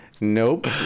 Nope